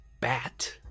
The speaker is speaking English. bat